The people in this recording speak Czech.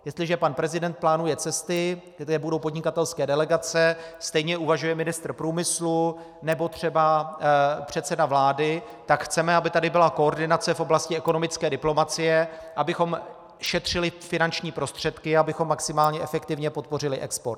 Jestliže pan prezident plánuje cesty, kde budou podnikatelské delegace, stejně uvažuje ministr průmyslu nebo třeba předseda vlády, tak chceme, aby tady byla koordinace v oblasti ekonomické diplomacie, abychom šetřili finanční prostředky, abychom maximálně efektivně podpořili export.